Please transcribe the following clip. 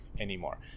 anymore